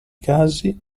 casi